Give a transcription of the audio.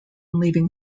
leaving